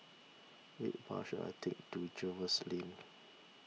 which bus should I take to Jervois Lane